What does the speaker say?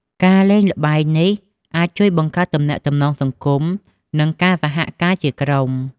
ការលេងល្បែងនេះអាចជួយបង្កើតទំនាក់ទំនងសង្គម និងការសហការជាក្រុម។